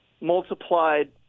multiplied